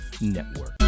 Network